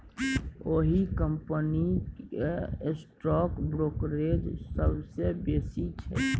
ओहि कंपनीक stock brokerage सबसँ बेसी छै